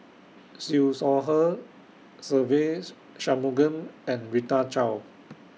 Siew Shaw Her Se Ve Shanmugam and Rita Chao